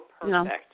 perfect